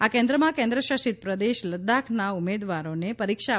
આ કેન્દ્રમાં કેન્દ્રશાસિત પ્રદેશ લદ્દાખના ઉમેદવારોને પરીક્ષા તા